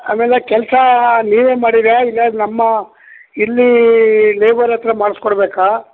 ಆಮೇಲೆ ಕೆಲಸ ನೀವೇ ಮಾಡ್ತೀರ ಇಲ್ಲ ನಮ್ಮ ಇಲ್ಲೀ ಲೇಬರ್ ಹತ್ತಿರ ಮಾಡ್ಸಿ ಕೊಡಬೇಕಾ